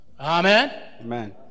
Amen